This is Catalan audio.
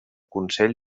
consell